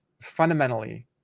fundamentally